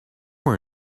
more